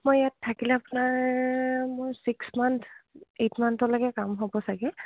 মই ইয়াত থাকিলে আপোনাৰ মোৰ ছিক্স মান্থথ এইট মানথলৈকে কাম হ'ব চাগে